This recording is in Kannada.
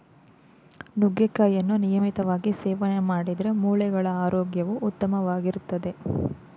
ನುಗ್ಗೆಕಾಯಿಯನ್ನು ನಿಯಮಿತವಾಗಿ ಸೇವನೆ ಮಾಡಿದ್ರೆ ಮೂಳೆಗಳ ಆರೋಗ್ಯವು ಉತ್ತಮವಾಗಿರ್ತದೆ